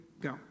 go